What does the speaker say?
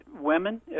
Women